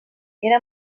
era